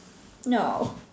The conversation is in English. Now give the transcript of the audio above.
no